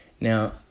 Now